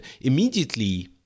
immediately